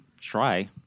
try